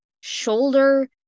shoulder